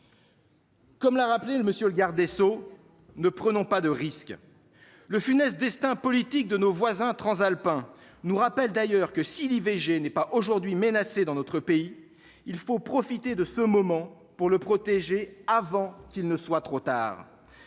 Comme l'a rappelé le monsieur le garde des Sceaux, ne prenons pas de risques le funeste destin politique de nos voisins transalpins nous rappelle d'ailleurs que si l'IVG n'est pas aujourd'hui menacée dans notre pays, il faut profiter de ce moment pour le protéger, avant qu'il ne soit trop tard,